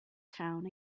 town